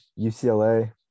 UCLA